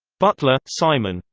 butler, simon.